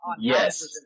Yes